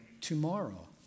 tomorrow